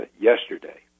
yesterday